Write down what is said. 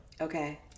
Okay